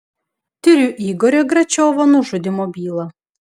tiriu igorio gračiovo nužudymo bylą